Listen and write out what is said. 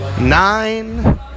nine